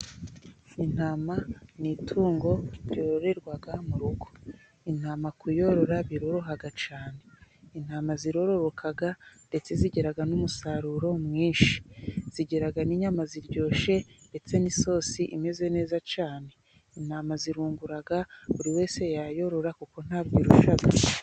Intama ni itungo ryororerwa mu rugo, intama kuyorora biroroha cyane, intama ziroroka ndetse zigira n'umusaruro mwinshi, zigira n'inyama ziryoshye ndetse n'isosi imeze neza cyane, intama zirungura buri wese yayorora kuko ntabwo irushya.